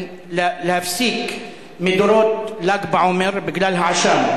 להפסיק מדורות ל"ג בעומר בגלל העשן.